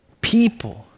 people